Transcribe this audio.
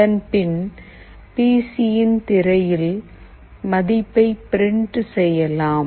அதன்பின் P C யின் திரையில் மதிப்பை பிரிண்ட் செய்யலாம்